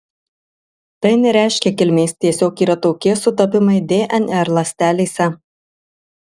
tai nereiškia kilmės tiesiog yra tokie sutapimai dnr ląstelėse